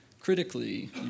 Critically